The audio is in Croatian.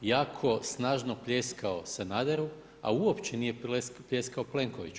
jako snažno pljeskao Sanaderu a uopće nije pljeskao Plenkoviću.